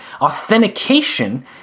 Authentication